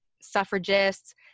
suffragists